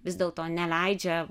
vis dėlto neleidžia